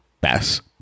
best